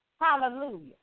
Hallelujah